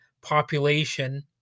population